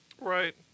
Right